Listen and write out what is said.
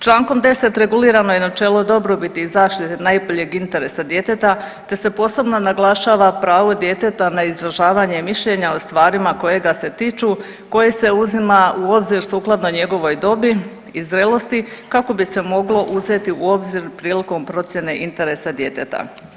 Člankom 10 regulirano je načelo dobrobiti i zaštite najboljeg interesa djeteta te se posebno naglašava pravo djeteta na izražavanje mišljenja o stvarima koje ga se tiču koji se uzima u obzir sukladno njegovoj dobi i zrelosti, kako bi se moglo uzeti u obzir prilikom procjene interesa djeteta.